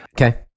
Okay